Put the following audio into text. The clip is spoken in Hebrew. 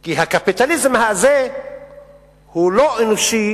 כי הקפיטליזם הזה הוא לא אנושי